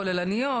זה הסיפור כולו.